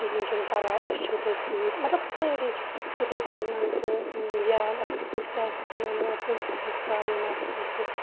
کِہِیٖنۍ چھُنہٕ پَرواے أسۍ چھِو تۄہہِ سۭتۍ مَطلَب سٲری یِتھے پٲٹھۍ مان ژٕ یا مَطلَب کٲنٛسہِ آسہِ کینٛہہ مَطلَب پونٛسَن ہٕنٛز پرابلم آسہِ کٲنٛسہِ